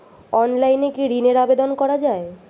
অনলাইনে কি ঋণের আবেদন করা যায়?